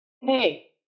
hey